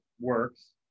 works